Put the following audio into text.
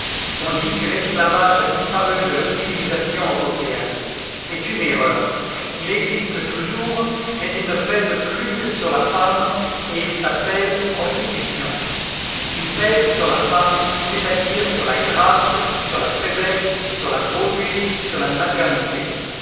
on dit que l'esclavage a disparu de la civilisation européenne c'est une erreur il existe toujours mais il ne pèse plus que sur la femme et il s'appelle prostitution il pèse sur la femme c'est-à-dire sur la grâce sur la faiblesse sur la beauté sur la maternité